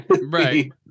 Right